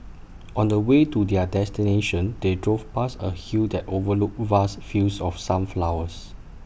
on the way to their destination they drove past A hill that overlooked vast fields of sunflowers